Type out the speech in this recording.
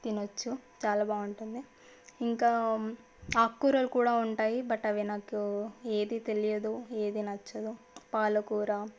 తినవచ్చు చాలా బాగుంటుంది ఇంకా ఆకుకూరలు కూడా ఉంటాయి బట్ అవి నాకు ఏదీ తెలియదు ఏదీ నచ్చదు పాలకూర